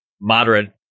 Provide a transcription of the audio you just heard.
moderate